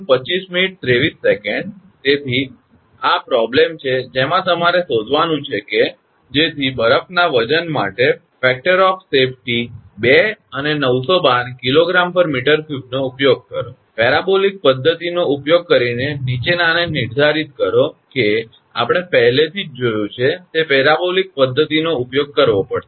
તેથી આ સમસ્યા છે જેમાં તમારે શોધવાનુ છે કે જેથી બરફના વજન માટે સલામતી પરિબળ 2 અને 912 𝐾𝑔 𝑚3 નો ઉપયોગ કરો પેરાબોલિક પદ્ધતિનો ઉપયોગ કરીને નીચેનાને નિર્ધારિત કરો કે આપણે પહેલેથી જ જોયું તે પેરાબોલિક પદ્ધતિનો ઉપયોગ કરવો પડશે